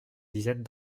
dizaines